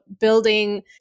building